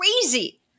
crazy